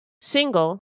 single